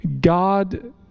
God